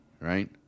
right